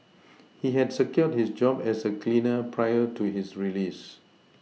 he had secured his job as a cleaner prior to his release